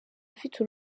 afite